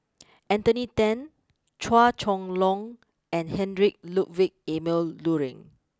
Anthony then Chua Chong long and Heinrich Ludwig Emil Luering